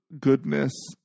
goodness